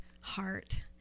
heart